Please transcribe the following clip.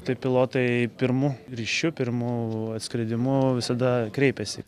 tai pilotai pirmu ryšiu pirmu atskridimu visada kreipiasi